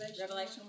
Revelation